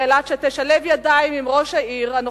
אילת שתשלב ידיים עם ראש העיר הנוכחי,